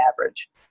average